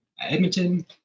Edmonton